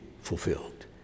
fulfilled